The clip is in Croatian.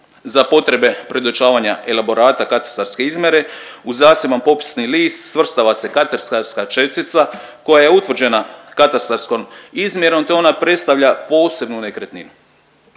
Za potrebe predočavanja elaborata katastarske izmjere u zaseban popisni list svrstava se katastarska čestica koja je utvrđena katastarskom izmjerom, te ona predstavlja posebnu nekretninu.